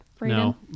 No